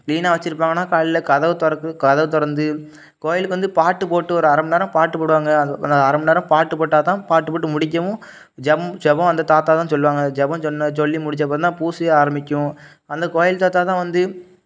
க்ளீனாக வச்சிருப்பாங்கனா காலையில் கதவை திறக் கதவை திறந்து கோவிலுக்கு வந்து பாட்டுப் போட்டு ஒரு அரை மணி நேரம் பாட்டுப் போடுவாங்க அந் அந்த அரை மணி நேரம் பாட்டு போட்டால் தான் பாட்டு போட்டு முடிக்கவும் ஜம் ஜெபம் அந்த தாத்தா தான் சொல்லுவாங்க ஜெபம் சொன்ன சொல்லி முடிச்சப்புறந்தான் பூஜையே ஆரம்பிக்கும் அந்த கோவில் தாத்தா தான் வந்து